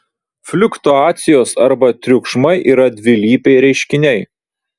fliuktuacijos arba triukšmai yra dvilypiai reiškiniai